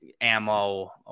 ammo